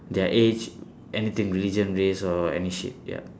their age anything religion race or any shit ya